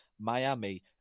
Miami